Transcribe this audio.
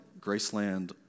Graceland